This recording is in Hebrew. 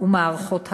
ומערכות הגברה,